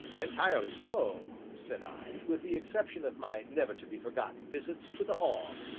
entirely so, said i, with the exception of my never-to-be-forgotten visits to the hall.